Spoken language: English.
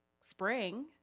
spring